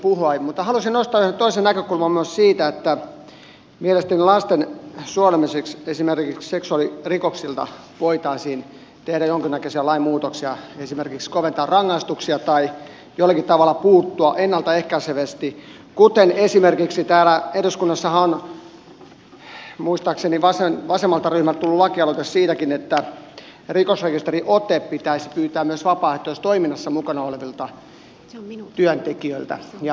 mutta haluaisin nostaa yhden toisen näkökulman siitä että mielestäni lasten suojelemiseksi esimerkiksi seksuaalirikoksilta voitaisiin tehdä jonkinnäköisiä lainmuutoksia esimerkiksi koventaa rangaistuksia tai jollakin tavalla puuttua ennalta ehkäisevästi kuten esimerkiksi täällä eduskunnassahan on muistaakseni vasemmalta ryhmältä tullut lakialoite siitäkin että rikosrekisteriote pitäisi pyytää myös vapaaehtoistoiminnassa mukana olevilta työntekijöiltä